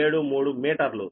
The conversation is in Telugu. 0473 మీటర్లు